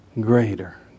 Greater